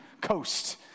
coast